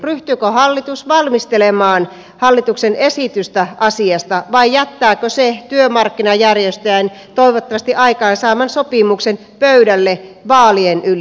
ryhtyykö hallitus valmistelemaan hallituksen esitystä asiasta vai jättääkö se työmarkkinajärjestöjen toivottavasti aikaansaaman sopimuksen pöydälle vaalien yli